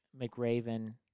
McRaven